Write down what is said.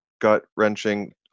gut-wrenching